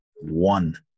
one